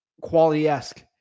quality-esque